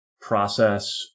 process